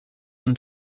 and